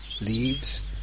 leaves